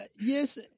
yes